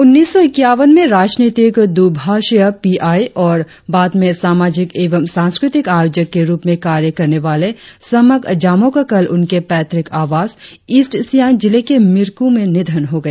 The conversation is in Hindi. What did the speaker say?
उन्नीन सौ इक्यावन में राजनीतिक द्रभाषिया पी आई और बाद में सामाजिक एवं सांस्कृतिक आयोजक के रुप में कार्य करने वाले समक जामोह का कल उनके पैतृक आवास ईस्ट सियांग जिले के मिरक् में निधन हो गया